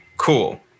Cool